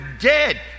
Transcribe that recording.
dead